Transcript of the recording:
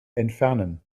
entfernen